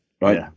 Right